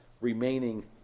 remaining